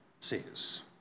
says